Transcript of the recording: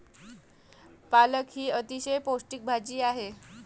पालक ही अतिशय पौष्टिक भाजी आहे